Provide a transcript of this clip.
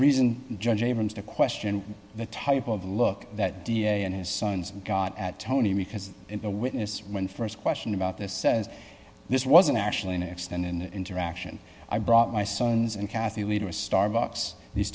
reason judge abrams to question the type of look that da and his sons and got at tony because the witness when st question about this says this wasn't actually an ex than an interaction i brought my sons and kathy leader a starbucks these